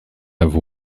have